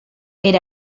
per